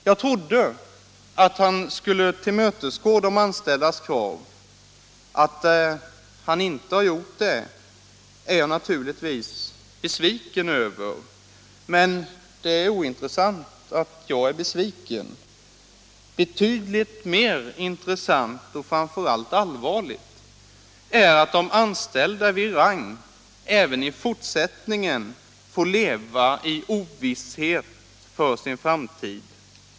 Jag trodde att han skulle tillmötesgå de anställdas krav. Att han inte har gjort det är jag naturligtvis besviken över. Men det är ointressant att jag är besviken. Betydligt mer intressant och framför allt allvarligare är att de anställda vid Rang även i fortsättningen får leva i ovisshet om sin framtid.